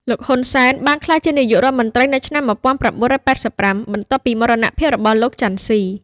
លោក ហ៊ុន សែន បានក្លាយជានាយករដ្ឋមន្ត្រីនៅឆ្នាំ ១៩៨៥ បន្ទាប់ពីមរណភាពរបស់លោក ចាន់ ស៊ី។